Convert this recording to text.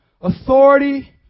authority